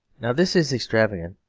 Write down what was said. now this is extravagant.